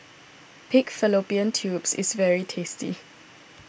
Pig Fallopian Tubes is very tasty